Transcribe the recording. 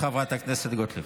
חבר הכנסת שמחה רוטמן,